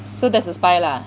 so that's the spy lah